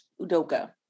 Udoka